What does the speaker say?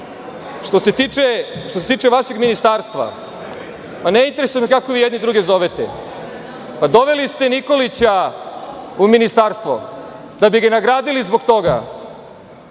se tiče vašeg ministarstva, ne interesuje me kako vi jedni druge zovete. Doveli ste Nikolića u ministarstvo da bi ga nagradili zbog toga